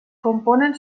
componen